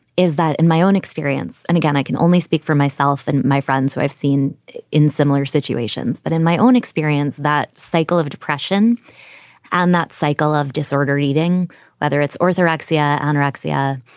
is that in my own experience and again, i can only speak for myself and my friends who i've seen in similar situations, but in my own experience, that cycle of depression and that cycle of disordered eating whether it's author axia anorexia,